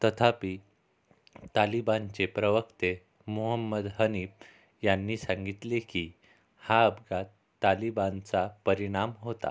तथापि तालिबानचे प्रवक्ते मुहम्मद हनिफ यांनी सांगितले की हा अपघात तालिबानचा परिणाम होता